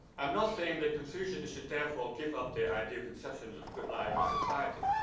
i'm not saying that confucian should therefore give up the idea conceptions of good life or society.